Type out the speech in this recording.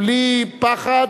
בלי פחד,